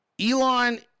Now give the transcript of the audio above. Elon